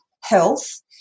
health